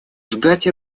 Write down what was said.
ждать